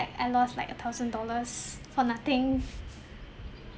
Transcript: like I lost like a thousand dollars for nothing